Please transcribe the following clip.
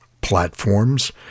platforms